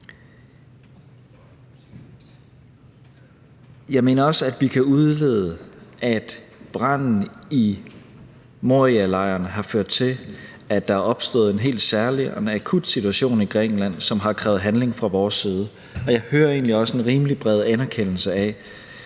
Jeg mener også, at vi kan udlede, at branden i Morialejren har ført til, at der er opstået en helt særlig og akut situation i Grækenland, som har krævet handling fra vores side, og jeg hører egentlig også en rimelig bred anerkendelse af,